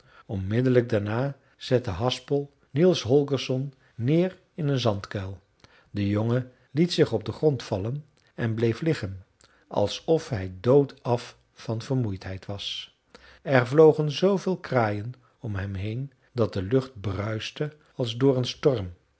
onmiddellijk daarna zette haspel niels holgersson neer in een zandkuil de jongen liet zich op den grond vallen en bleef liggen alsof hij doodaf van vermoeidheid was er vlogen zveel kraaien om hem heen dat de lucht bruiste als door een storm